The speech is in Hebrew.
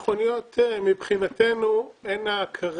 מבחינתנו,